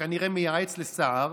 שכנראה מייעץ לסער,